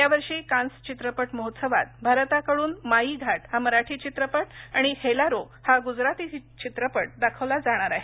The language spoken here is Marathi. यावर्षी कान्स चित्रपट महोत्सवात भारताकडून माई घाट हा मराठी चित्रपट आणि हेलारो हा गुजराती चित्रपट दाखवला जाणार आहे